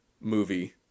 movie